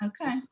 Okay